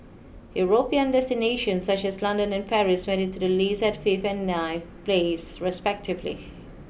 European destinations such as London and Paris made it to the list at fifth and ninth place respectively